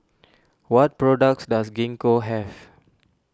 what products does Gingko have